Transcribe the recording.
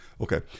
okay